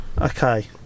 Okay